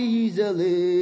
easily